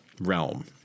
realm